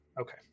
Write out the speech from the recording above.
Okay